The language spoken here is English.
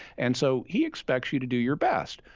and so he expects you to do your best,